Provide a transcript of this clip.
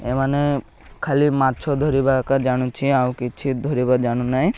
ଏମାନେ ଖାଲି ମାଛ ଧରିବା ଏକ ଜାଣୁଛି ଆଉ କିଛି ଧରିବ ଜାଣୁନାହିଁ